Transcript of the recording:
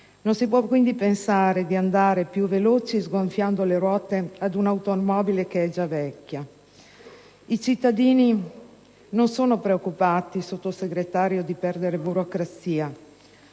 Non si può quindi pensare di andare più veloci sgonfiando le ruote ad un'automobile che è già vecchia. I cittadini non sono preoccupati, Sottosegretario, di perdere burocrazia: